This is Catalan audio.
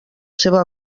seva